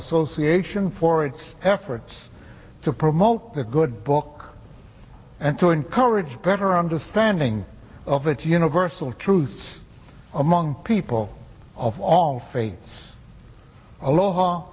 association for its efforts to promote the good book and to encourage better understanding of it universal truths among people of all faiths aloha